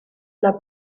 una